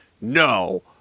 no